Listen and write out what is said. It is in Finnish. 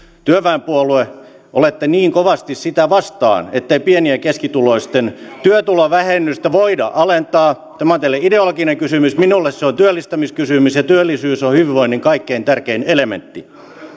työväenpuolue olette niin kovasti sitä vastaan että pieni ja ja keskituloisten työtulovähennystä voitaisiin alentaa tämä on teille ideologinen kysymys minulle se on työllistämiskysymys ja työllisyys on hyvinvoinnin kaikkein tärkein elementti